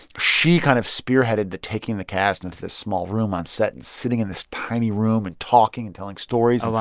she kind of spearheaded the taking the cast into this small room on set and sitting in this tiny room and talking and telling stories. like